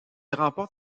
remporte